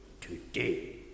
Today